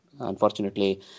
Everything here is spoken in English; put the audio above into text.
Unfortunately